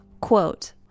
Quote